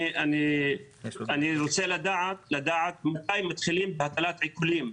אני רוצה לדעת מתי מתחילים בהטלת עיקולים.